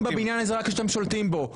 יש לכם אמון בבניין הזה רק כשאתם שולטים בו,